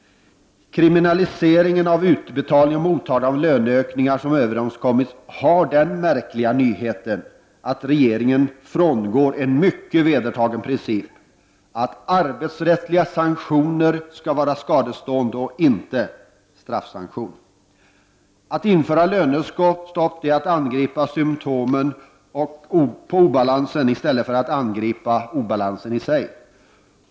Kriminaliseringen av utbetalning och mottagande av löneökningar som överenskommits är en märklig nyhet, eftersom regeringen frångår en vedertagen princip: att arbetsrättsliga sanktioner skall vara skadestånd och inte straff. Att införa ett lönestopp är att angripa symtomen på obalansen i stället för att angripa obalansen i sig.